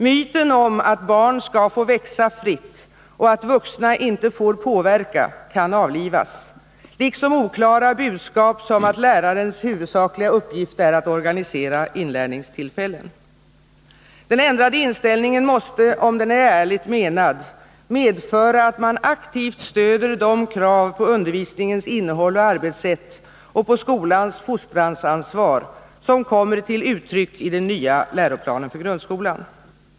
Myten om att barn skall få växa fritt och att vuxna inte får påverka kan avlivas liksom oklara budskap om att lärarens huvudsakliga uppgift är att organisera inlärningstillfällena. Den ändrade inställningen måste, om den är ärligt menad, medföra att man aktivt stöder de krav på undervisningens innehåll och arbetssätt samt på skolans fostransansvar som kommer till uttryck i den nya läroplanen för grundskolan.